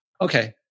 Okay